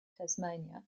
tasmania